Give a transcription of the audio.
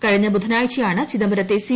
കഴിഞ്ഞ ബുധനാഴ്ചയാണ് ചിദംബരത്തെ സി